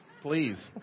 Please